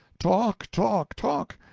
talk, talk, talk,